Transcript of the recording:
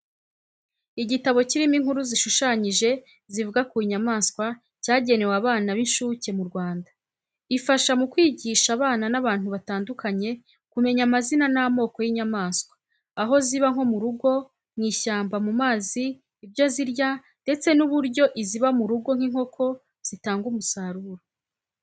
Igitabo kirimo inkuru zishushanyije zivuga ku nyamaswa cyagenewe abana b'inshuke mu Rwanda. Ifasha mu kwigisha abana n’abantu batandukanye kumenya amazina n'amoko y'inyamaswa, aho ziba nko mu rugo, mu ishyamba, mu mazi, ibyo zirya ndetse n'uburyo iziba mu rugo nk'inkoko zitanga umusaruro.